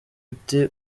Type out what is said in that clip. uti